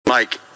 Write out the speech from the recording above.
Mike